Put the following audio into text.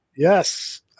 Yes